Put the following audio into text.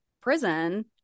prison